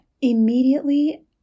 immediately